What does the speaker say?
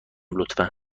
لطفا